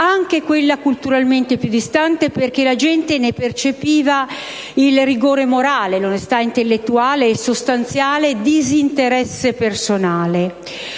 anche quella culturalmente più distante, perché la gente ne percepiva il rigore morale, l'onestà intellettuale e il sostanziale disinteresse personale.